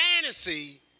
fantasy